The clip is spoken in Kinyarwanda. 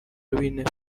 w’intebe